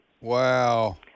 Wow